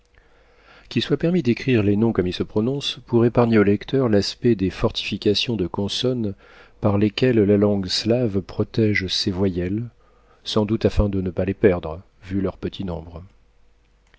qu'il soit permis d'écrire les noms comme ils se prononcent pour épargner aux lecteurs l'aspect des fortifications de consonnes par lesquelles la langue slave protége ses voyelles sans doute afin de ne pas les perdre vu leur petit nombre